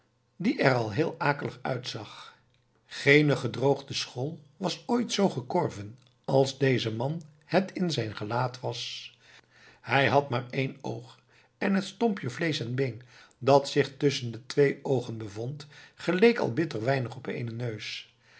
die er al heel akelig uitzag geene gedroogde schol was ooit zoo gekorven als deze man het in zijn gelaat was hij had maar één oog en het stompje vleesch en been dat zich tusschen de twee oogen bevond geleek al bitter weinig op eenen neus